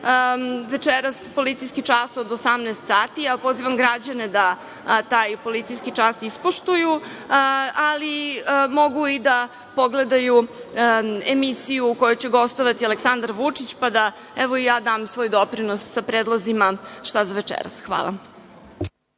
večeras policijski čas od 18.00 časova, a ja pozivam građane da taj policijski čas ispoštuju, ali mogu i da pogledaju emisiju u kojoj će gostovati Aleksandar Vučić, pa da, evo i ja dam svoj doprinos sa predlozima šta za večeras. Hvala.